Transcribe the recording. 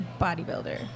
bodybuilder